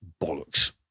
bollocks